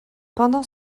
pendant